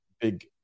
big